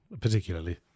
particularly